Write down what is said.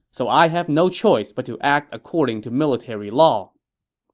so i have no choice but to act according to military law.